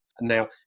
Now